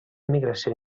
migració